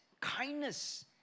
kindness